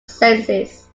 seances